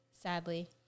sadly